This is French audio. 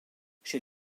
chez